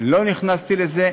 לא נכנסתי לזה.